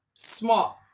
smart